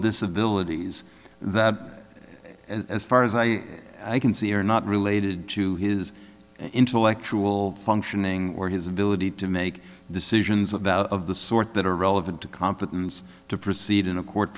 disabilities that as far as i can see are not related to his intellectual functioning or his ability to make decisions about of the sort that are relevant to competence to proceed in a court